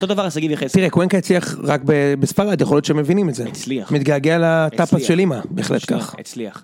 תראה קווינקה הצליח רק בספרד, יכול להיות שהם מבינים את זה, מתגעגע לטאפאס של אמא, בהחלט כך.